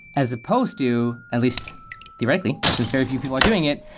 as opposed to at least directly, since very few people are doing it,